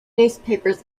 newspapers